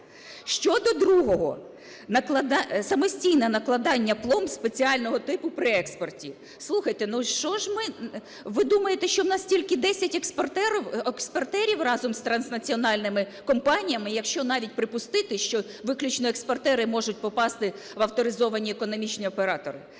Щодо другого. Самостійне накладання пломб спеціального типу при експорті. Слухайте, ну що ж ми… Ви думаєте, що у нас тільки 10 експортерів разом з транснаціональними компаніями, якщо навіть припустити, що виключно експортери можуть попасти в авторизовані економічні оператори?